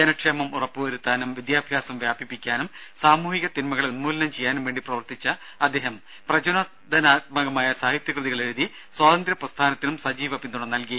ജനക്ഷേമം ഉറപ്പു വരുത്താനും വിദ്യാഭ്യാസം വ്യാപിപ്പിക്കാനും സാമൂഹിക തിന്മകളെ ഉന്മൂലനം ചെയ്യാനും വേണ്ടി പ്രവർത്തിച്ച അദ്ദേഹം പ്രചോദനാത്മകമായ സാഹിത്യകൃതികൾ എഴുതി സ്വാതന്ത്ര്യ പ്രസ്ഥാനത്തിനും സജീവ പിന്തുണ നൽകി